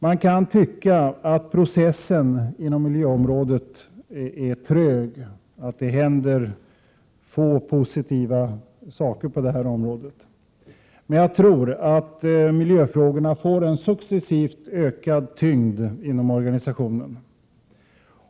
Man kan tycka att processen inom miljöområdet är trög, att det händer få positiva saker på det här området. Men jag tror att miljöfrågorna får en successivt ökad tyngd inom organisationen.